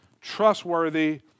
trustworthy